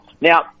Now